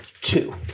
two